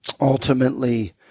ultimately